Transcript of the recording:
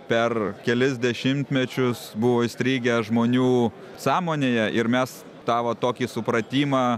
per kelis dešimtmečius buvo įstrigę žmonių sąmonėje ir mes tą va tokį supratimą